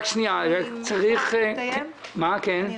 אחר-כך אני אקשיב לכל השאלות ואענה.